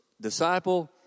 disciple